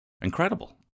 incredible